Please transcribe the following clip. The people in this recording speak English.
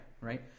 right